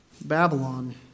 Babylon